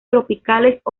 tropicales